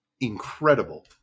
incredible